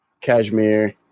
Cashmere